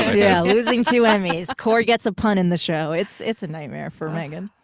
yeah, losing two emmys, cord gets a pun in the show. it's it's a nightmare for megan.